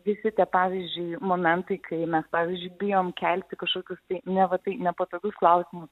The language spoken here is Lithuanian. visi tie pavyzdžiui momentai kai mes pavyzdžiui bijom kelti kažkokius tai neva tai nepatogius klausimus